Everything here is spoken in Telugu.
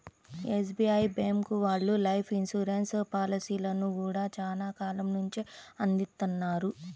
ఎస్బీఐ బ్యేంకు వాళ్ళు లైఫ్ ఇన్సూరెన్స్ పాలసీలను గూడా చానా కాలం నుంచే అందిత్తన్నారు